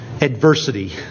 adversity